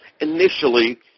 initially